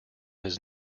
his